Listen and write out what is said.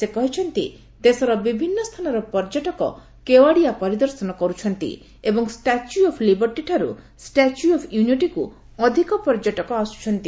ସେ କହିଛନ୍ତି ଦେଶର ବିଭିନ୍ନ ସ୍ଥାନର ପର୍ଯ୍ୟଟକ କେୱାଡିଆ ପରିଦର୍ଶନ କରୁଛନ୍ତି ଏବଂ ଷ୍ଟାଚ୍ୟ ଅଫ୍ ଲିବର୍ଟୀ ଠାରୁ ଷ୍ଟାଚ୍ୟୁ ଅଫ୍ ୟୁନିଟିକୁ ଅଧିକ ପର୍ଯ୍ୟଟକ ଆସୁଛନ୍ତି